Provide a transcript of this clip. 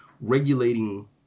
regulating